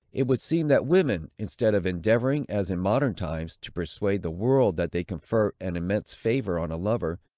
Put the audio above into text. it would seem that women, instead of endeavoring, as in modern times, to persuade the world that they confer an immense favor on a lover,